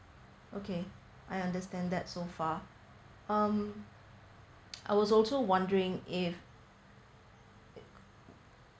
okay I understand that so far um I was also wondering if